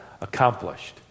accomplished